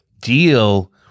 deal